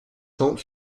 cents